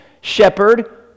shepherd